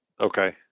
Okay